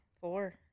Four